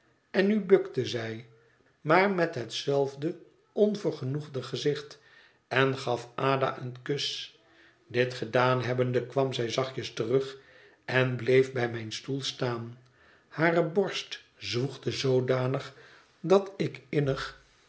en nu bukte zij maar met hetzelfde onvergenoegde gezicht en gaf ada een kus dit gedaan hebbende kwam zij zachtjes terug en bleef bij mijn stoel staan hare borst zwoegde zoodanig dat ik innig